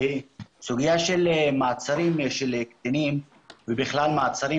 סוגיה של מעצרים של קטינים ובכלל מעצרים